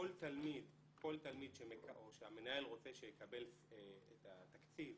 כל תלמיד שהמנהל רוצה שיקבל את התקציב